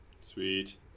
sweet